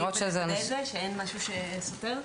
שנוודא שאין משהו סותר.